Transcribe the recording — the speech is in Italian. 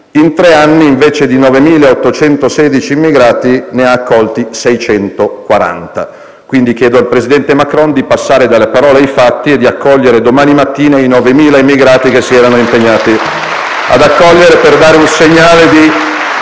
in tre anni, invece di 9.816 immigrati, ne ha accolti 640. Quindi, chiedo al presidente Macron di passare dalle parole ai fatti e di accogliere domani mattina i 9.000 immigrati che si erano impegnati ad accogliere *(Applausi dai